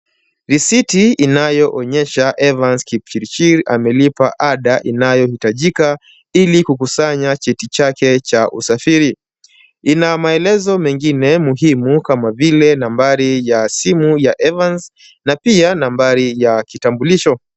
Risiti inayoonyesha Evans Kipchirchir amelipa ada inayohitajika ili kukusanya cheti chake cha usafiri. Ina maelezo mengine muhimu kama vile nambari ya simu ya Evans na pia nambari ya kitambulisho.